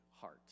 heart